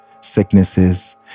sicknesses